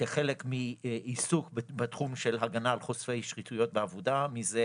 כחלק מעיסוק בתחום של הגנה על חושפי שחיתויות בעבודה מזה